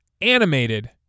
animated